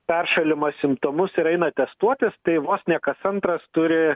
peršalimo simptomus ir eina testuotis tai vos ne kas antras turi